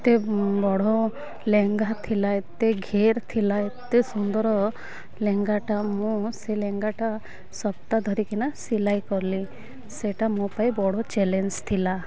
ଏତେ ବଡ଼ ଲେହେଙ୍ଗା ଥିଲା ଏତେ ଘେର୍ ଥିଲା ଏତେ ସୁନ୍ଦର ଲେହେଙ୍ଗାଟା ମୁଁ ସେ ଲେଙ୍ଗାଟା ସପ୍ତାହ ଧରିକିନା ସିଲାଇ କଲି ସେଇଟା ମୋ ପାଇଁ ବଡ଼ ଚ୍ୟାଲେଞ୍ଜ୍ ଥିଲା